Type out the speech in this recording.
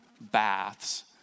baths